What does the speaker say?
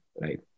right